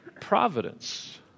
providence